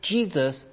Jesus